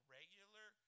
regular